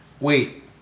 Wait